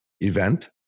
event